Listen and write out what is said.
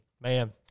Man